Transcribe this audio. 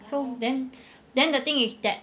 so then then the thing is that